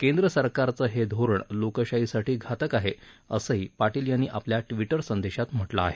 केंद्र सरकारचं हे धोरण लोकशाहीसाठी घातक आहे असंही पाटील यांनी आपल्या ट्विटर संदेशात म्हटलं आहे